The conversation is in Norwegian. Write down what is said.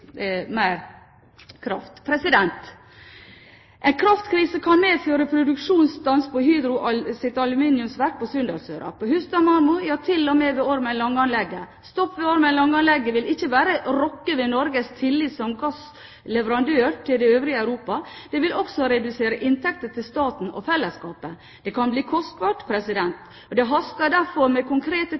mer kraft. En kraftkrise kan medføre produksjonsstans på Hydros aluminiumsverk på Sunndalsøra, på Hustadmarmor, ja til og med ved Ormen Lange-anlegget. En stopp ved Ormen Lange-anlegget vil ikke bare kunne rokke ved Norges tillit som gassleverandør til det øvrige Europa. Det vil også redusere inntektene til staten og fellesskapet. Det kan bli kostbart. Det haster derfor med konkrete